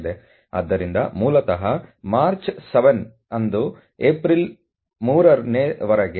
ಆದ್ದರಿಂದ ಮೂಲತಃ ಮಾರ್ಚ್ 7 ರಂದು ಏಪ್ರಿಲ್ 3ನೇ ವರೆಗೆ